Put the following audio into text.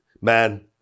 man